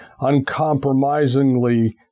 uncompromisingly